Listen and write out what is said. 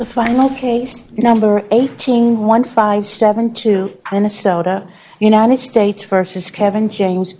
the final case number eighteen one five seven two minnesota united states versus kevin james